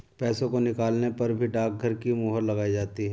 पैसों को निकालने पर भी डाकघर की मोहर लगाई जाती है